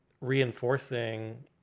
reinforcing